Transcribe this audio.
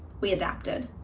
we adapted.